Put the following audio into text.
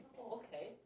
Okay